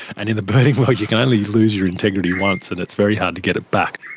and in the birding world you can only lose your integrity once and it's very hard to get it back.